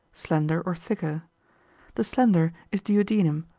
slender or thicker the slender is duodenum,